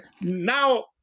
now